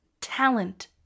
talent